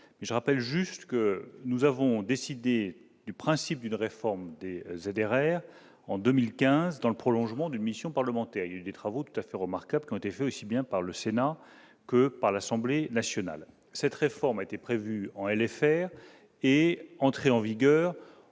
je rappelle juste que nous avons décidé du principe d'une réforme des aides RR en 2015 dans le prolongement d'une mission parlementaire eu des travaux tout à fait remarquables qui ont été faits, aussi bien par le Sénat, que par l'Assemblée nationale, cette réforme a été prévue en et les faire est entré en vigueur